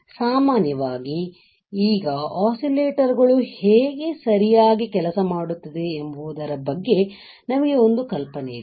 ಸಾಮಾನ್ಯವಾಗಿ ಈಗ ಒಸ್ಸಿಲೇಟರ್ ಗಳು ಹೇಗೆ ಸರಿಯಾಗಿ ಕೆಲಸ ಮಾಡುತ್ತದೆ ಎಂಬುದರ ಬಗ್ಗೆ ನಮಗೆ ಒಂದು ಕಲ್ಪನೆ ಇದೆ